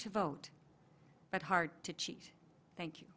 to vote but hard to cheat thank you